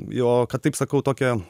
jo kad taip sakau tokią